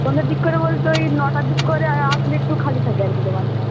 সন্ধ্যের দিক করে বলতে ওই নটার দিক করে আসলে একটু খালি থাকে আর কি দোকানটা